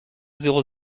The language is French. zéro